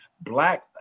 black